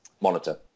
monitor